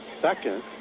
second